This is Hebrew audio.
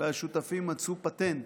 והשותפים מצאו פטנט.